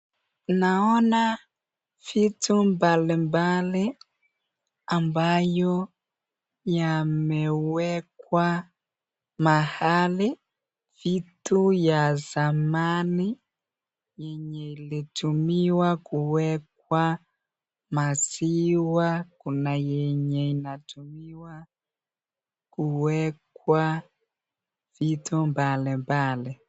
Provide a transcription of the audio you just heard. Naona vitu mbalimbali ambayo yamewekwa mahali vitu ya zamani yenye ilitumiwa kuweka maziwa kuna yenye inatumiwa kuwekwa vitu mbalimbali.